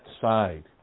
side